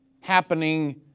happening